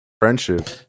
Friendship